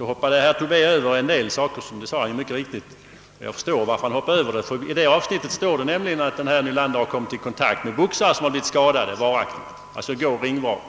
hoppade han över en del saker — herr Tobé sade också själv att han gjorde det. Jag förstår mycket väl varför han hoppade över detta avsnitt. Där står det nämligen att doktor Nylander kommit i kontakt med boxare som blivit varaktigt skadade.